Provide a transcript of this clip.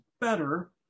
better